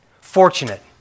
fortunate